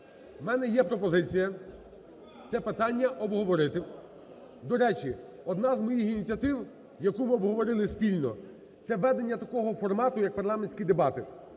В мене є пропозиція це питання обговорити. До речі, одна з моїх ініціатив, яку ми обговорили спільно, це ведення такого формату як парламентські дебати,